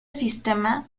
sistema